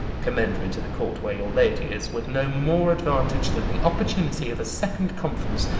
commend me to the court where your lady is, with no more advantage than the opportunity of a second conference,